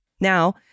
Now